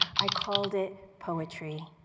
i called it poetry,